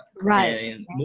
Right